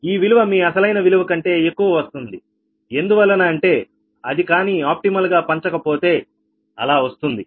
ఈ విలువ మీ అసలైన విలువ కంటే ఎక్కువ వస్తుంది ఎందువలన అంటే అది కానీ ఆప్టిమల్ గా పంచకపోతే అలా వస్తుంది